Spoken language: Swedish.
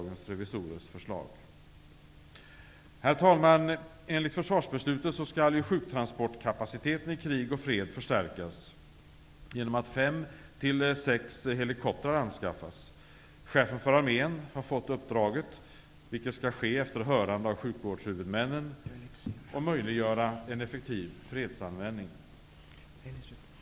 Enligt försvarsbeslutet skall sjuktransportkapaciteten i krig och fred förstärkas genom att fem sex helikoptrar anskaffas. Chefen för armén har fått uppdraget, vilket skall ske efter hörande av sjukvårdshuvudmännen och möjliggöra en effektiv fredsanvändning.